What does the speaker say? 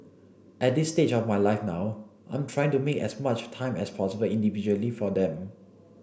at this stage of my life now I'm trying to make as much time as possible individually for them